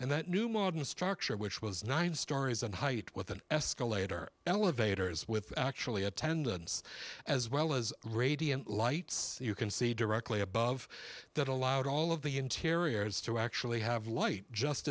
and that new modern structure which was nine stories and height with an escalator elevators with actually attendance as well as radiant lights you can see directly above that allowed all of the interiors to actually have light just